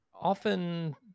often